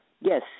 Yes